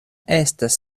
estas